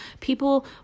People